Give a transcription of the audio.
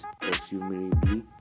presumably